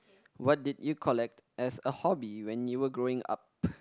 what did you collect as a hobby when you were growing up